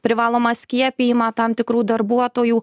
privalomą skiepijimą tam tikrų darbuotojų